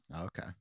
Okay